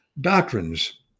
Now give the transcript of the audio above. doctrines